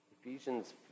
Ephesians